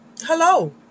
Hello